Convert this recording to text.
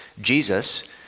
Jesus